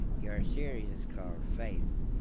your series is called faith.